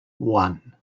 one